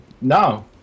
No